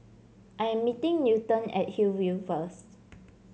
I am meeting Newton at Hillview first